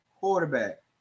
quarterback